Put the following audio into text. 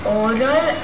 order